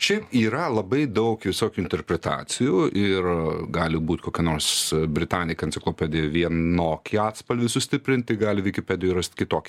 šiaip yra labai daug visokių interpretacijų ir gali būt kokia nors britannica enciklopedija vienokį atspalvį sustiprinti gali vikipedijoj rast kitokį